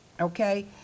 okay